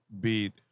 beat